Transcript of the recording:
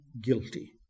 Guilty